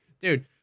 Dude